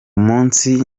munsi